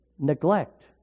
Neglect